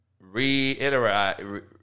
reiterate